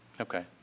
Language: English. Okay